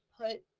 put